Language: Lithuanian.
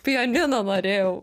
pianino norėjau